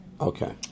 Okay